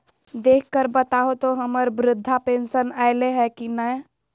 देख कर बताहो तो, हम्मर बृद्धा पेंसन आयले है की नय?